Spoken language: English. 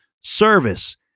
service